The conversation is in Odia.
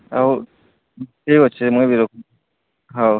ହଉ ଠିକ୍ ଅଛି ମୁଇଁ ବି ରଖୁଚେ ହଉ